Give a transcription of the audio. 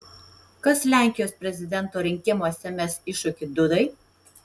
kas lenkijos prezidento rinkimuose mes iššūkį dudai